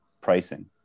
pricing